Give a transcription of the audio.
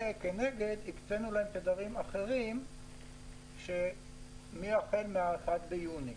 וכנגד הקצנו להם תדרים אחרים שהם תקפים החל מה-1 ביוני.